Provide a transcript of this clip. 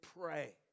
pray